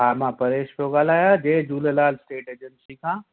हा मां परेश पियो ॻाल्हायां जय झूलेलाल स्टेट एजंसी खां